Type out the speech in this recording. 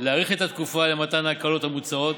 להאריך את התקופה למתן ההקלות המוצעות